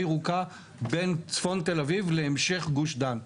ירוקה בין צפון תל אביב להמשך גוש דן.